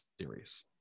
series